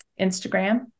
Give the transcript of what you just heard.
Instagram